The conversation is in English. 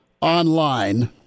online